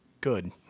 Good